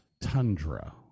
Tundra